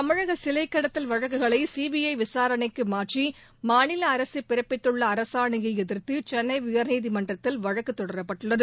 தமிழக சிலைக் கடத்தல் வழக்குகளை சிபிஐ விசாரணைக்கு மாற்றி மாநில அரசு பிறப்பித்துள்ள அரசாணையை எதிர்த்து சென்னை உயர்நீதிமன்றத்தில் வழக்கு தொடரப்பட்டுள்ளது